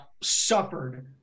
suffered